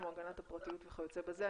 כמו הגנת הפרטיות וכיוצא בזה,